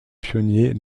pionniers